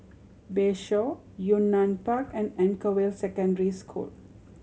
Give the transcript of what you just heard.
Bayshore Yunnan Park and Anchorvale Secondary School